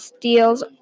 deals